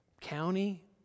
county